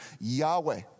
Yahweh